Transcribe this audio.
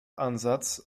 ansatz